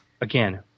Again